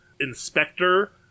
inspector